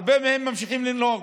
הרבה מהם ממשיכים לנהוג,